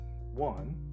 one